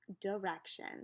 direction